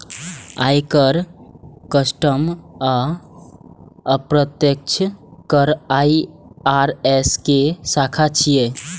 आयकर, कस्टम आ अप्रत्यक्ष कर आई.आर.एस के शाखा छियै